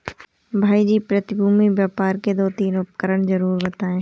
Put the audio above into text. भाई जी प्रतिभूति व्यापार के दो तीन उदाहरण जरूर बताएं?